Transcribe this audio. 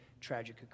tragic